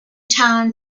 town